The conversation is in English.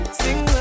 sing